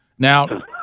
Now